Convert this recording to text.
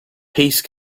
peace